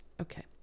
Okay